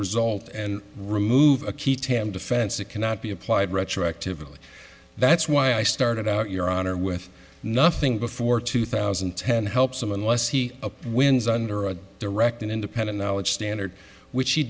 result and remove a key tam defense that cannot be applied retroactively that's why i started out your honor with nothing before two thousand and ten helps some unless he wins under a direct and independent knowledge standard which he